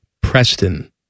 Preston